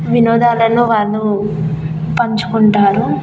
వినోదాలను వాళ్ళు పంచుకుంటారు